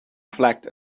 flagged